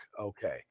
Okay